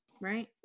right